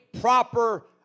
proper